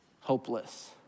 hopeless